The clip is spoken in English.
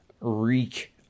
reek